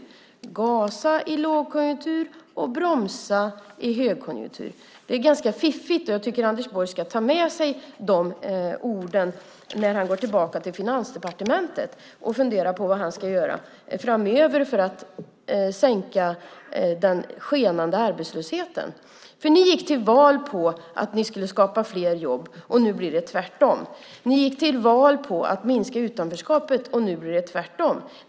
Att gasa i lågkonjunktur och bromsa i högkonjunktur är ganska fiffigt. Jag tycker att Anders Borg ska ta med sig de orden när han går tillbaka till Finansdepartementet och funderar på vad han ska göra framöver för att sänka den skenande arbetslösheten. Ni gick till val på att ni skulle skapa fler jobb, och nu blir det tvärtom. Ni gick till val på att minska utanförskapet, och nu blir det tvärtom.